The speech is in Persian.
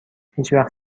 هیچوقت